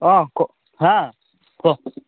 অঁ ক হা ক